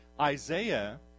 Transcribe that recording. Isaiah